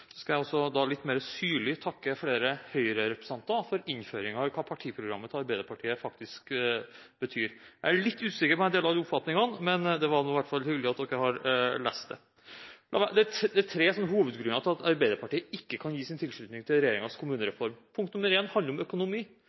litt mer syrlig takke flere Høyre-representanter for innføringen i hva partiprogrammet til Arbeiderpartiet faktisk betyr. Jeg er litt usikker på om jeg deler oppfatningene, men det var hyggelig at de hadde lest det. Det er tre hovedgrunner til at Arbeiderpartiet ikke kan gi sin tilslutning til regjeringens kommunereform. For det første handler det om økonomi.